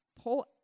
Pull